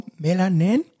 melanin